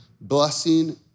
blessing